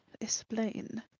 Explain